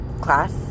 class